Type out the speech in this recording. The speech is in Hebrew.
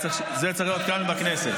זה צריך להיות כאן בכנסת.